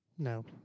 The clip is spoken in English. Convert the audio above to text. No